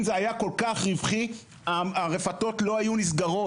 אם זה היה כל כך ריווחי הרפתות לא היו נסגרות,